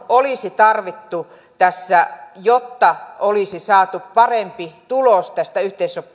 olisi tarvittu tässä jotta olisi saatu parempi tulos näistä